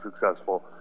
successful